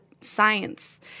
science